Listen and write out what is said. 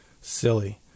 silly